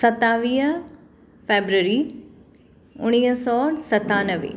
सतावीह फेबरेरी उणिवीह सौ सतानवे